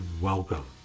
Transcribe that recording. welcome